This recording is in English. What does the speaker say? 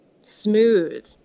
smooth